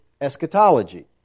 eschatology